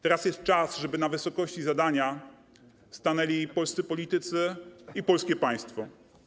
Teraz jest czas, żeby na wysokości zadania stanęli polscy politycy i polskie państwo.